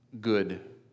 good